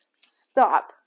Stop